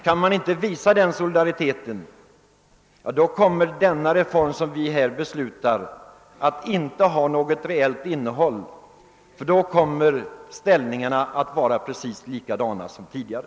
Kan man inte visa solidaritet, kommer den reform som vi här beslutar inte att ha något innehåll, utan då kommer ställningarna efteråt att vara precis desamma som tidigare.